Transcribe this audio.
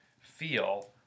feel